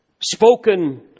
Spoken